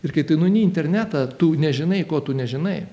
ir kai tu nueini į internetą tu nežinai ko tu nežinai